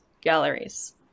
galleries